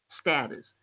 status